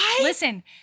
Listen